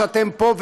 שאתם פה,